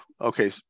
okay